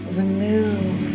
remove